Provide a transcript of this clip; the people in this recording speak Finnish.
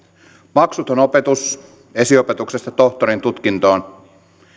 maksuton opetus esiopetuksesta tohtorin tutkintoon